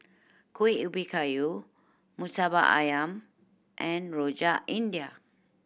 Kueh Ubi Kayu Murtabak Ayam and Rojak India